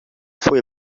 foi